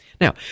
Now